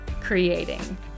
creating